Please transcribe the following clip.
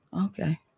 Okay